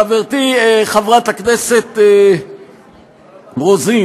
חברתי חברת הכנסת רוזין,